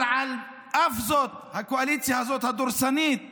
אבל על אף זאת הקואליציה הזאת, הדורסנית,